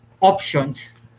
options